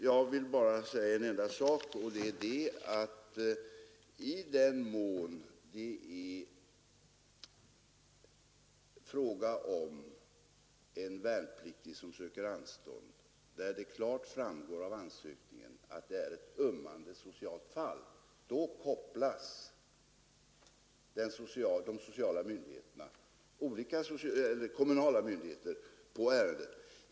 Jag vill bara säga en enda sak, och det är att i den mån en värnpliktig söker anstånd och det klart framgår av ansökningen att det gäller ett ömmande socialt fall, så kopplas olika kommunala myndigheter in på ärendet.